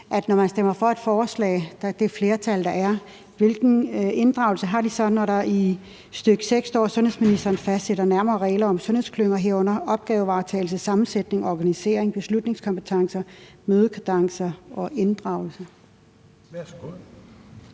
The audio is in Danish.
har, når man stemmer for et forslag, når der i stk. 6 står, at sundhedsministeren fastsætter nærmere regler om sundhedsklynger, herunder opgavevaretagelse, sammensætning, organisering, beslutningskompetence, mødekadence og inddragelse.